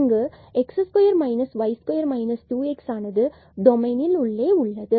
இங்கு x2 y2 2x டொமைனின் உள்ளே உள்ளது